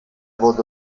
wurde